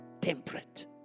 temperate